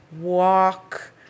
walk